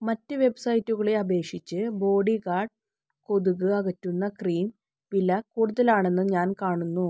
മറ്റ് വെബ്സൈറ്റുകളെ അപേക്ഷിച്ച് ബോഡി ഗാർഡ് കൊതുക് അകറ്റുന്ന ക്രീം വില കൂടുതലാണെന്ന് ഞാൻ കാണുന്നു